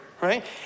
right